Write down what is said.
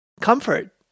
comfort